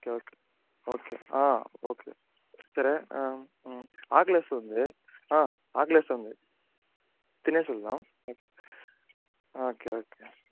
okay okay okay okay సరే ఆకలేస్తుంది ఆకలేస్తుంది తినేసి వేళ్దాం ఓకే ఓకే